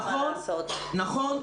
נכון.